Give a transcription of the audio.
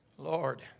Lord